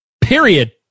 Period